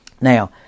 Now